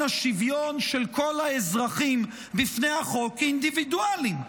השוויון של כל האזרחים בפני החוק כאינדיבידואלים,